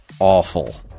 awful